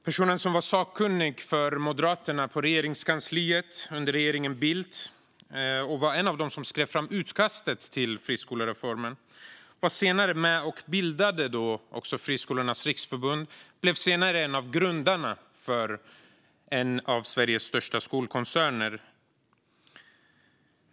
Personen som var sakkunnig för Moderaterna på Regeringskansliet under regeringen Bildt, och som var en av dem som skrev fram utkastet till friskolereformen, var senare med och bildade Friskolornas riksförbund och blev senare en av grundarna för en av Sveriges största skolkoncerner.